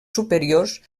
superiors